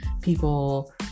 people